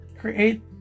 create